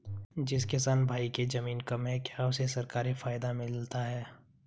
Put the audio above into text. जिस किसान भाई के ज़मीन कम है क्या उसे सरकारी फायदा मिलता है?